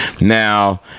Now